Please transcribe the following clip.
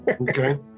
Okay